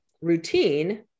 routine